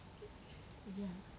ya